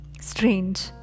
Strange